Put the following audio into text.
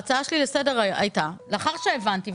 ההצעה שלי לסדר הייתה, לאחר שהבנתי,